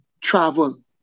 travel